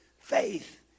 faith